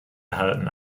erhalten